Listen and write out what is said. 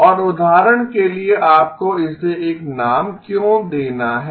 और उदाहरण के लिए आपको इसे एक नाम क्यों देना है